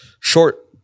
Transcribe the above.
short